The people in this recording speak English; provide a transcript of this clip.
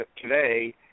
today